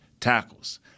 tackles